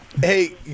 Hey